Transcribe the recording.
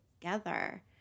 together